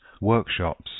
workshops